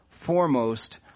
foremost